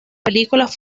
películas